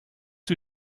der